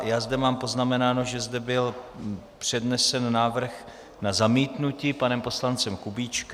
Mám zde poznamenáno, že zde byl přednesen návrh na zamítnutí panem poslancem Kubíčkem.